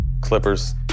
Clippers